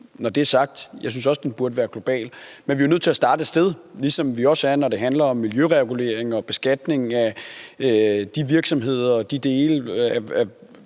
Når det er sagt, synes jeg også, den burde være global, men vi er nødt til at starte et sted, ligesom vi også er det, når det handler om miljøregulering og beskatning af de virksomheder og de dele i